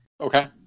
Okay